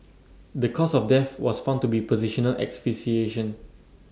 the cause of death was found to be positional asphyxiation